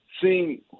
seeing